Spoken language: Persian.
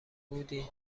بودی